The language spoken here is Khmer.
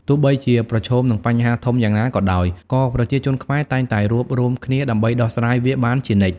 ទោះបីជាប្រឈមនឹងបញ្ហាធំយ៉ាងណាក៏ដោយ ក៏ប្រជាជនខ្មែរតែងតែរួបរួមគ្នាដើម្បីដោះស្រាយវាបានជានិច្ច។